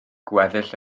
gweddill